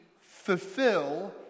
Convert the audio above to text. fulfill